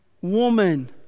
woman